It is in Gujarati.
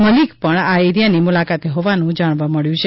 મલિક પણ આ એરિયાની મુલાકાતે હોવાનું જાણવા મબ્યું છે